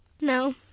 No